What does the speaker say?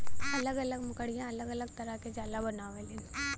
अलग अलग मकड़िया अलग अलग तरह के जाला बनावलीन